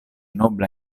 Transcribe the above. nobla